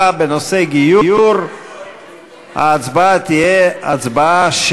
אני אבקש מהכנסת לתמוך בהעברת הסמכויות גם בשעה הזאת,